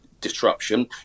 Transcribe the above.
disruption